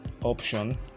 option